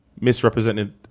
misrepresented